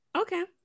Okay